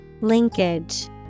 Linkage